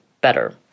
better